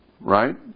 Right